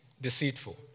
deceitful